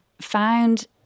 found